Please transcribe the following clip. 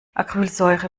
acrylsäure